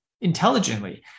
intelligently